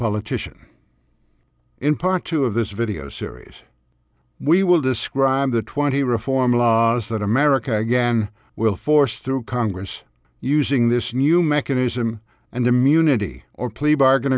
politician in part two of this video series we will describe the twenty reform laws that america again will force through congress using this new mechanism and immunity or plea bargain